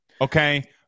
Okay